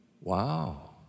Wow